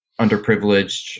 underprivileged